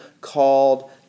called